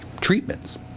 treatments